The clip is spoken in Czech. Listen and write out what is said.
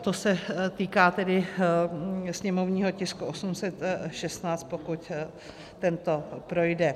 To se týká tedy sněmovního tisku 816, pokud tento projde.